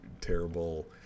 terrible